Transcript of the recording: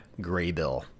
Graybill